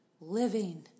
living